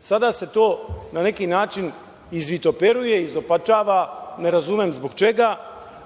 Sada se to na neki način izvitoperuje i izopačava, ne razumem zbog čega.